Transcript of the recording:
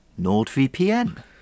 NordVPN